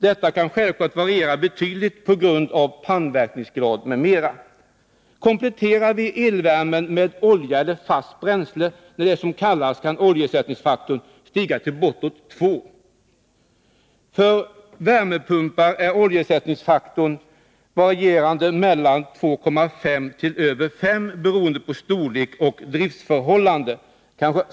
Detta kan självfallet variera betydligt på grund av pannverkningsgrad m.m. Kompletterar vi elvärmen med olja eller fast bränsle när det är som kallast, kan oljeersättningsfaktorn stiga till bortåt 2. För värmepumpar varierar oljeersättningsfaktorn mellan 2,5 och 5, beroende på storlek och driftförhållanden.